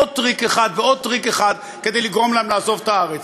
עוד טריק אחד ועוד טריק אחד כדי לגרום להם לעזוב את הארץ.